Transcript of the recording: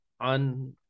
on